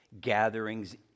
gatherings